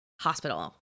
hospital